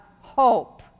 hope